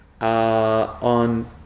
on